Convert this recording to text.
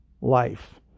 life